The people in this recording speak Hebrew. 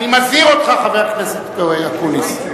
אני מזהיר אותך, חבר הכנסת אקוניס.